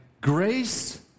grace